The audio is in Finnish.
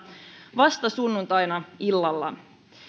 vasta sunnuntaina illalla